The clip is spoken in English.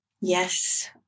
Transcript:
Yes